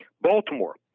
Baltimore